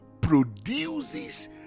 produces